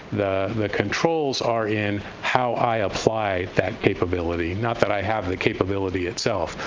the the controls are in how i apply that capability, not that i have the capability itself.